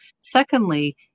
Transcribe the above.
Secondly